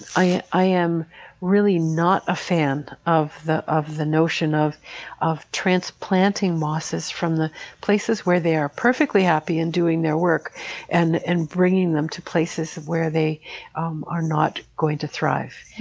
i i am really not a fan of the of the notion of of transplanting mosses from the places where they are perfectly happy and doing their work and and bringing them to places where they are not going to thrive.